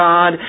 God